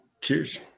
Cheers